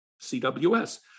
CWS